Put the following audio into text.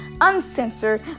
uncensored